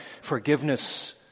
forgiveness